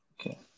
Okay